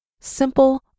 simple